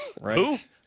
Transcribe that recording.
right